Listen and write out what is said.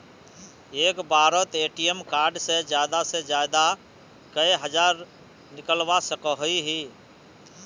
एक बारोत ATM card से ज्यादा से ज्यादा कई हजार निकलवा सकोहो ही?